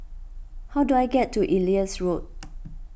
how do I get to Ellis Road